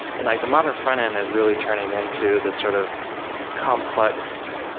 and like the modern frontend is really turning into the sort of complex,